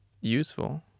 useful